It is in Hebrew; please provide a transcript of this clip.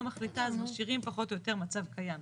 מחליטה אז משאירים פחות או יותר מצב קיים.